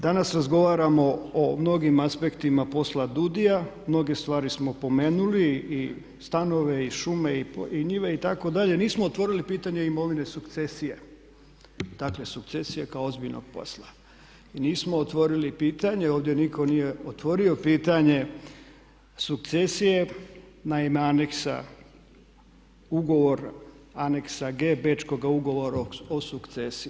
Danas razgovaramo o mnogim aspektima posla DUUDI-ja, mnoge stvari smo spomenuli i stanove i šume i njive itd. nismo otvorili pitanje imovine sukcesije, dakle sukcesije kao ozbiljnog posla i nismo otvorili pitanje, ovdje nitko nije otvorio pitanje sukcesije na ime aneksa ugovora, Aneksa G Bečkoga ugovora o sukcesiji.